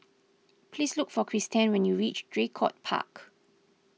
please look for Cristen when you reach Draycott Park